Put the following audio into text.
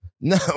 No